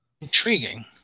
Intriguing